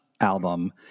album